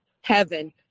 heaven